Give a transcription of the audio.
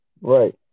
Right